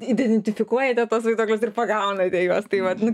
identifikuojate tuos vaiduoklius ir pagaunate juos tai vat nu